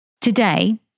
Today